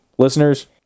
Listeners